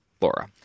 Laura